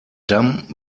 damm